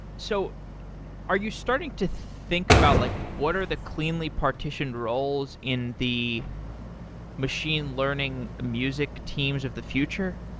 so are you starting to think about like what are the cleanly partitioned roles in the machine learning music teams of the future?